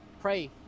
Pray